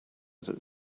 that